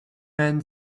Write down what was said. man